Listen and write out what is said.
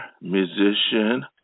musician